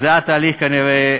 כנראה,